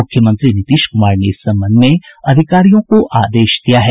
मुख्यमंत्री नीतीश कुमार ने इस संबंध में अधिकारियों को आदेश दिया है